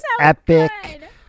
epic